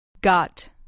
Got